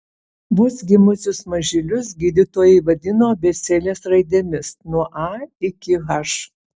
vos gimusius mažylius gydytojai vadino abėcėlės raidėmis nuo a iki h